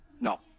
No